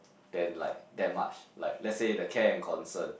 then like that much like let's say the care and concern